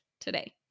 today